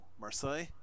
Marseille